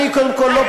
אני קודם כול לא,